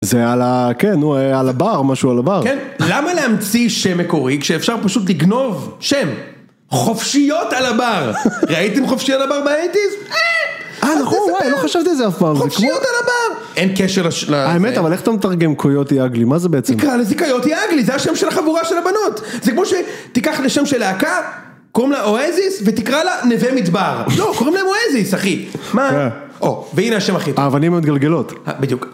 זה על ה... כן, נו, על הבר, משהו על הבר. כן. למה להמציא שם מקורי כשאפשר פשוט לגנוב שם? חופשיות על הבר! ראיתם חופשיות על הבר באייטיז? אה! אה, נכון, וואי, לא חשבתי על זה אף פעם. חופשיות על הבר! אין קשר ל... האמת, אבל איך אתה מתרגם קויוטי אגלי? מה זה בעצם? תקרא לזה קויוטי אגלי, זה השם של החבורה של הבנות! זה כמו ש... תיקח לשם של להקה, קוראים לה אוהזיס, ותקרא לה נווה מדבר. לא, קוראים להם אוהזיס, אחי! מה? כן. והנה השם הכי טוב. אבנים עם גלגלות. בדיוק.